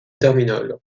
terminale